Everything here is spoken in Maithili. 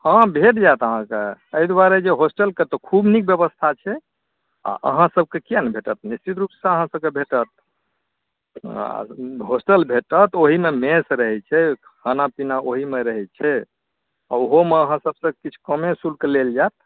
हँ भेट जाएत अहाँके एहि दुआरे जे हॉस्टलके तऽ खूब नीक बेबस्था छै आ अहाँ सभके किए नहि भेटत निश्चित रूपसँ अहाँ सभके भेटत हॉस्टल भेटत आ ओहिमे मेस रहै छै खाना पीना ओहिमे रहै छै आ ओहोमे अहाँ सभसँ किछु कमे शुल्क लेल जाएत